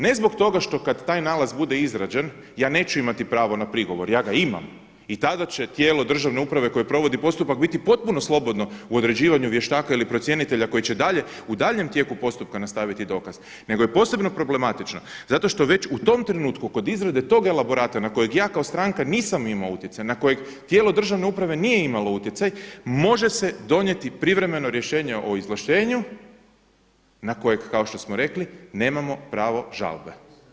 Ne zbog toga kada taj nalaz bude izrađen, ja neću imati pravo na prigovor, ja ga imam i tada će tijelo državne uprave koje provodi postupak biti potpuno slobodno u određivanju vještaka ili procjenitelja koji će dalje u daljnjem tijeku postupka nastaviti dokaz nego je posebno problematično zato što već u tom trenutku kod izrade tog elaborata na kojeg ja kao stranka nisam imao utjecaj, na kojeg tijelo državne uprave nije imalo utjecaj može se donijeti privremeno rješenje o izvlaštenju na kojeg kao što smo rekli nemamo pravo žalbe.